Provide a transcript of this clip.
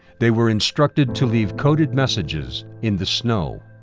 they were instructed to leave coded messages in the snow.